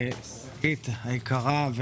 שגית אפיק היקרה,